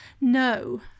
no